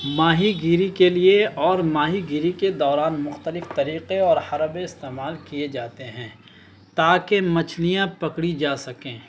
ماہی گیری کے لیے اور ماہی گیری کے دوران مختلف طریقے اور حربے استعمال کیے جاتے ہیں تاکہ مچھلیاں پکڑی جا سکیں